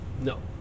No